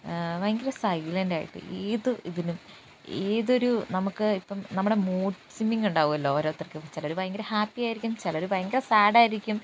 ഭയങ്കര സൈലന്റ് ആയിട്ട് ഏത് ഇതിനും ഏതൊരു നമുക്ക് ഇപ്പം നമ്മുടെ മൂഡ് സ്വിങ്ങ് ഉണ്ടാകുമല്ലോ ഓരോരുത്തർക്കും ചിലർ ഭയങ്കര ഹാപ്പിയായിരിക്കും ചിലർ ഭയങ്കര സേഡായിരിക്കും